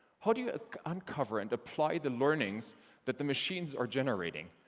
how do you uncover and apply the learnings that the machines are generating?